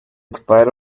spite